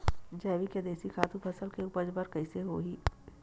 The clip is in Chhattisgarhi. जैविक या देशी खातु फसल के उपज बर कइसे होहय?